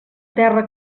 terra